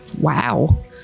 Wow